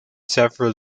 several